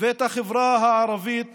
ואת החברה הערבית